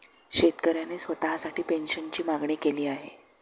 शेतकऱ्याने स्वतःसाठी पेन्शनची मागणी केली आहे